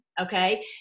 okay